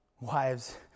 Wives